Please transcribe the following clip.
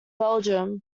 belgium